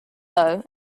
low